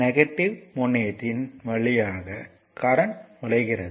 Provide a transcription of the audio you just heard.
negative முனையத்தின் வழியாக current நுழைகிறது